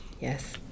Yes